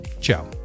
Ciao